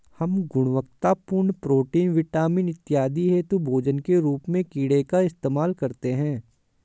हम गुणवत्तापूर्ण protein, vitamin इत्यादि हेतु भोजन के रूप में कीड़े का इस्तेमाल करते हैं